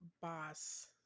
boss